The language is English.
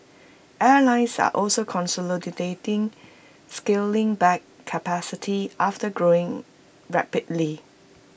airlines are also consolidating scaling back capacity after growing rapidly